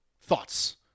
thoughts